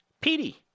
Petey